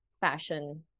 fashion